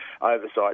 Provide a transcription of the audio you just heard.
oversight